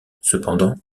cependant